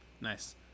nice